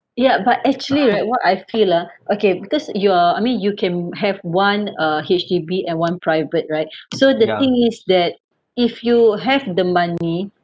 ya but actually right what I've heard ah okay because you are I mean you can have one uh H_D_B and one private right so the thing is that if you have the money